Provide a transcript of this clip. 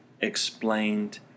explained